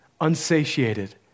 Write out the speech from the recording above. unsatiated